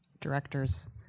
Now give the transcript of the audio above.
directors